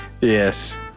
Yes